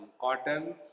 cotton